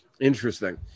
Interesting